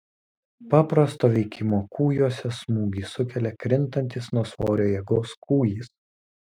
paprasto veikimo kūjuose smūgį sukelia krintantis nuo svorio jėgos kūjis